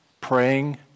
praying